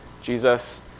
Jesus